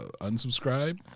unsubscribe